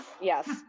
yes